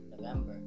November